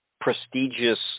prestigious